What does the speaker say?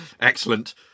Excellent